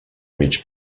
mig